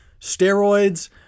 steroids